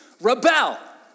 rebel